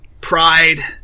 pride